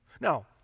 Now